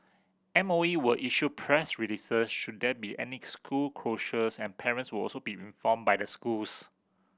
M O E will issue press releases should there be any school closures and parents will also be informed by the schools